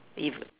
if